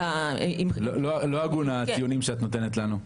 לא הגון הציונים שאת נותנת לנו.